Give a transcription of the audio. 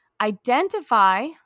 identify